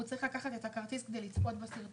אלא הוא צריך לקחת את הכרטיס כדי לצפות בסרטונים.